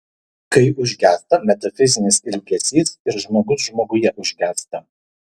kai užgęsta metafizinis ilgesys ir žmogus žmoguje užgęsta